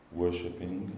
worshipping